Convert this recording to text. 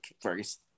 first